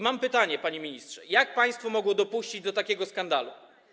Mam pytanie, panie ministrze: Jak państwo mogło dopuścić do takiego skandalu?